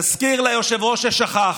נזכיר ליושב-ראש ששכח: